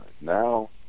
Now